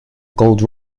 gold